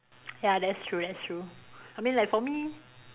ya that's true that's true I mean like for me